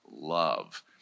love